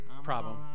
problem